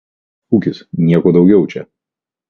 pijarinis politinis šūkis nieko daugiau čia